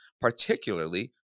particularly